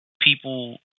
people